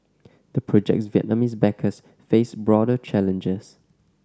the project's Vietnamese backers face broader challenges